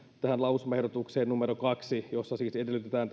tähän lausumaehdotukseen numero kaksi jossa siis edellytetään